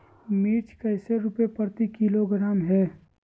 मिर्च कैसे रुपए प्रति किलोग्राम है?